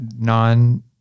non-